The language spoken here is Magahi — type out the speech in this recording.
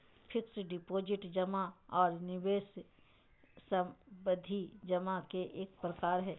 फिक्स्ड डिपाजिट जमा आर निवेश सावधि जमा के एक प्रकार हय